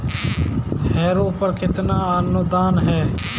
Harrow पर कितना अनुदान है?